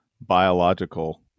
biological